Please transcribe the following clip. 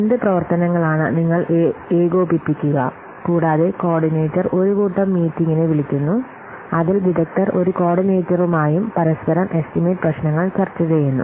എന്ത് പ്രവർത്തനങ്ങളാണ് നിങ്ങൾ ഏകോപിപ്പിക്കുക കൂടാതെ കോർഡിനേറ്റർ ഒരു കൂട്ടം മീറ്റിംഗിനെ വിളിക്കുന്നു അതിൽ വിദഗ്ധർ ഒരു കോർഡിനേറ്ററുമായും പരസ്പരം എസ്റ്റിമേറ്റ് പ്രശ്നങ്ങൾ ചർച്ച ചെയ്യുന്നു